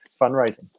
fundraising